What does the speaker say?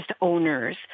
owners